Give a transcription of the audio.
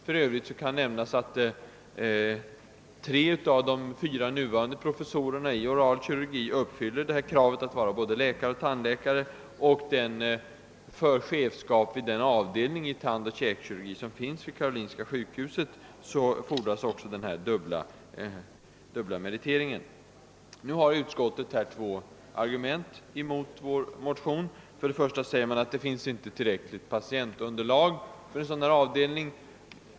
För övrigt kan nämnas att tre av de fyra nuvarande professorerna i oral kirurgi uppfyller kravet att vara både läkare och tandläkare. För chefsskap på avdelningen för tandoch käkkirurgi vid Karolinska sjukhuset krävs också denna dubbla meritering. = Nu anför utskottet två argument mot vår motion. För det första sägs, att det inte finns tillräckligt patientunderiag för en sådan avdelning.